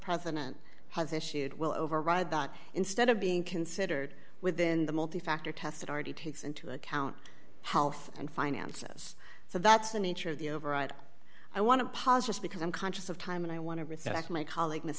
president has issued will override that instead of being considered within the multi factor test that already takes into account health and finances so that's the nature of the override i want to pause just because i'm conscious of time and i want to respect my colleague